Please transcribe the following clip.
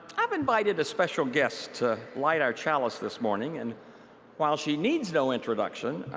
i've invited a special guest to light our chalice this morning, and while she needs no introduction,